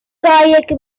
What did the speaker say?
قایق